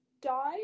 died